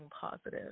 positive